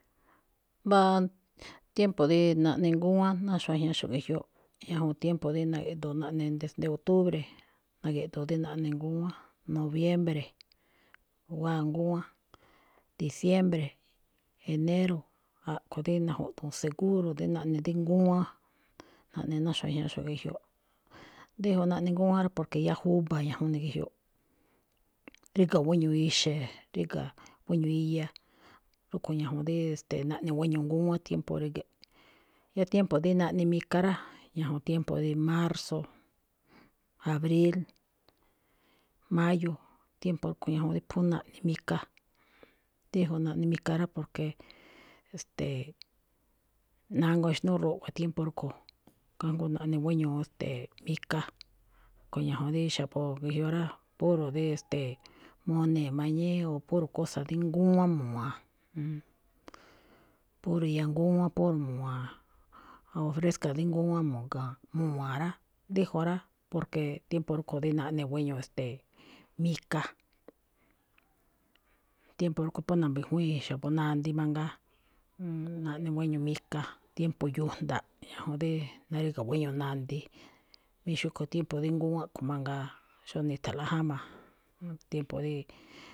Mbá tiempo dí naꞌne ngúwán ná xuajñaxo̱ꞌ ge̱jyoꞌ ñajuun tiempo dí na̱gi̱ꞌdu̱u̱n naꞌne desde octubre, na̱gi̱ꞌdu̱u̱n dí naꞌne ngúwán, noviembre wáa ngúwán, diciembre, enero, a̱ꞌkho̱ dí najuꞌduun seguro dii naꞌne dí ngúwán, naꞌne ná xuajñaxo̱ꞌ ge̱jyoꞌ. Díjun naꞌne ngúwán rá, porque yáá júba̱ ñajuun ne̱ ge̱jyoꞌ. Ríga̱ gueño ixe̱, ríga̱ gueño iya, rúꞌkho̱ ñajuun dí, e̱ste̱e̱, naꞌne guéño ngúwán tiempo ríge̱ꞌ. Yáá tiempo dí naꞌne mika rá, ñajuun tiempo dí marzo, abril, mayo. Tiempo rúꞌkho̱ ñajuun dí phú naꞌne mika. Díjun naꞌne mika rá, porque, e̱ste̱e̱, nánguá exnúu ruꞌwa tiempo rúꞌkho̱, kajngó naꞌne gueño, e̱ste̱e̱, mika. Rúꞌkho̱ ñajuun dí xa̱bo̱ ge̱jyoꞌ rá, puro dí, e̱ste̱e̱, mune̱e̱ mañíí, o puro cosa dí ngúwán mu̱wa̱a̱n. Puro iya ngúwán, puro mu̱wa̱a̱n, agua fresca dí ngúwán mu̱ga̱a̱n- mu̱wa̱a̱n rá. Déjun rá, porque tiempo rúꞌkho̱ rí naꞌne gueño, ste̱e̱, mika. Tiempo rúꞌkho̱ phú na̱mbijwíin xa̱bo̱ nandii mangaa, naꞌne gueño mika, tiempo yujnda̱ꞌ ñajuun dí naríga̱ guéño nandii. Mí xúꞌkho̱ tiempo dí ngúwán kho̱ mangaa, xóo ni̱tha̱nꞌlaꞌ jáma̱, tiempo dí.